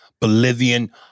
Bolivian